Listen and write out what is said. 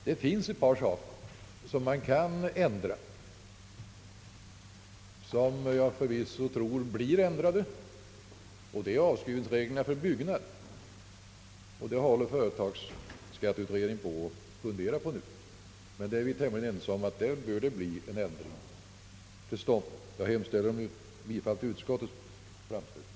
Det finns ett par saker som jag tror att man kan ändra. Jag är t.ex. ganska säker på att avskrivningsreglerna för byggnad blir ändrade; den frågan håller företagsskatteutredningen nu på att fundera över, men vi är ju tämligen ense om att en ändring där bör komma till stånd. Jag hemställer om bifall till utskottets förslag.